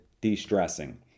de-stressing